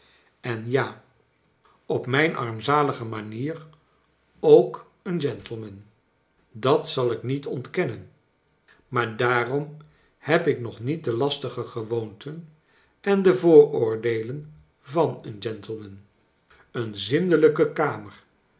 en ja op mijn armkleine doerit zalige manier ook een gentleman dat zal ik niet ontkennen maar daarom heb ik nog niet de lastige gewoonten en de vooroordeelen van een gentleman een zindelijke kamer